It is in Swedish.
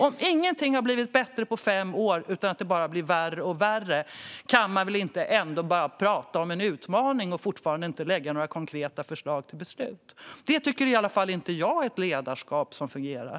Om ingenting har blivit bättre på fem år, utan det bara blir värre och värre, kan man väl inte bara prata om en utmaning och låta bli att lägga fram konkreta förslag till beslut. Det tycker i alla fall inte jag är ett ledarskap som fungerar.